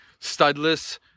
studless